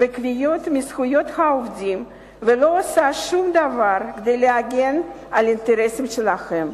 בקביעות מזכויות העובדים ולא עושה שום דבר כדי להגן על האינטרסים שלהם.